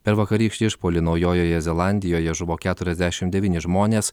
per vakarykštį išpuolį naujojoje zelandijoje žuvo keturiasdešim devyni žmonės